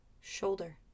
shoulder